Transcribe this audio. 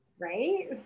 right